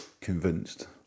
convinced